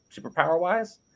superpower-wise